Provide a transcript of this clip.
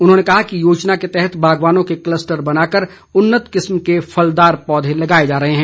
उन्होंने कहा कि योजना के तहत बागवानों के कलस्टर बनाकर उन्नत किस्म के फलदार पौधे लगाए जा रहे हैं